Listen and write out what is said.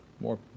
more